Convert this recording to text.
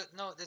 no